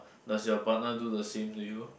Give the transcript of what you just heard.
does your partner do the same to you